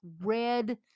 red